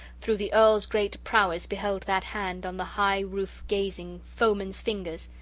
through the earl's great prowess, beheld that hand, on the high roof gazing, foeman's fingers,